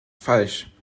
falsch